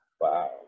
Wow